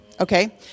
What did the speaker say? Okay